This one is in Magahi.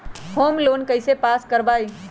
होम लोन कैसे पास कर बाबई?